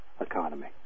economy